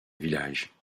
village